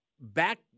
back